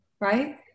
right